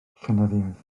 llenyddiaeth